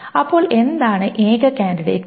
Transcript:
അപ്പോൾ എന്താണ് ഏക കാൻഡിഡേറ്റ് കീ